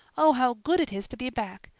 oh, how good it is to be back!